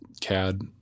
CAD